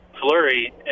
Flurry